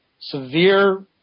severe